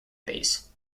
base